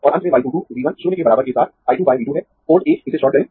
और अंत में y 2 2 V 1 शून्य के बराबर के साथ I 2 बाय V 2 है पोर्ट एक इसे शॉर्ट करें